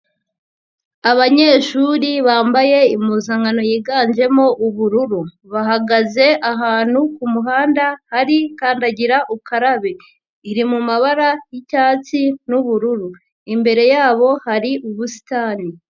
Abanyeshuri bambaye impuzankano yiganjemo ubururu. Bahagaze ahantu ku muhanda, hari kandagira ukarabe. Iri mu mabara y'icyatsi n'ubururu, imbere yabo hari ubusitani.